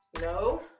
no